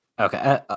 Okay